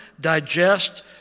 digest